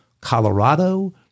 Colorado